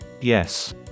Yes